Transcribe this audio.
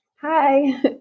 Hi